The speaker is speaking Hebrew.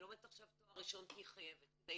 היא לומדת עכשיו תואר ראשון כי היא חייבת כדי